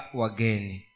wageni